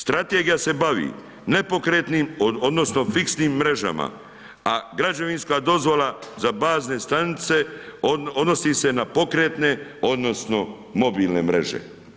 Strategija se bavi nepokretnim odnosno fiksnim mrežama, a građevinska dozvola za bazne stanice odnosi se na pokretne odnosno mobilne mreže.